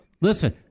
Listen